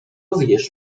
zjesz